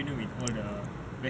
like go see a doctor